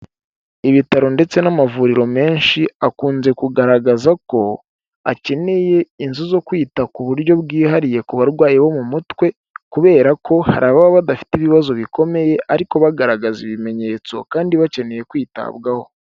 Ibitaro ndetse n'amavuriro menshi akunze kugaragaza ko akeneye inzu zo kwita ku buryo bwihariye ku barwayi bo mu mutwe, kubera ko hari ababa badafite ibibazo bikomeye ariko bagaragaza ibimenyetso kandi bakeneye kwitabwaho.